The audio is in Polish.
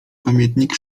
pamiętnik